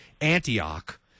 Antioch